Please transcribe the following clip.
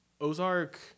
Ozark